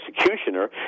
executioner